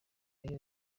ari